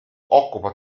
occupa